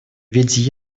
ведь